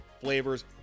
flavors